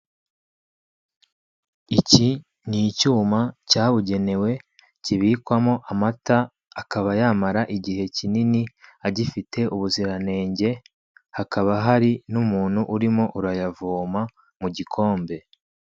Iki ni icyuma cyabugenewe kibikwamo amata akaba yamara igihe kinini agifite ubuziranenge, hakaba hari n'umuntu urimo urayavoma mu gikombe.